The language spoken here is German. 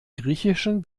griechischen